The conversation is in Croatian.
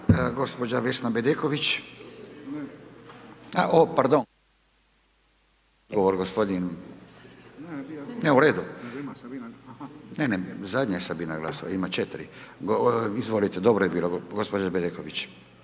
gđa. Vesna Bedeković. O pardon, gospodin, ne, u redu, ne, ne, zadnja je Sabina Glasovac, ima 4, izvolite, dobro je bilo, gđa. Bedeković.